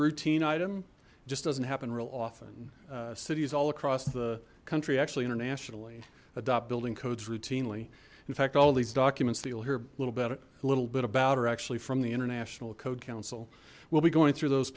routine item just doesn't happen real often cities all across the country actually internationally adopt building codes routinely in fact all these documents that you'll hear a little bit a little bit about are actually from the international code council we'll be going through those